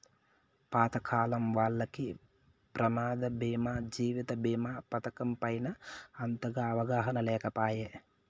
పాతకాలం వాల్లకి ప్రమాద బీమా జీవిత బీమా పతకం పైన అంతగా అవగాహన లేకపాయె